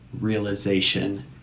realization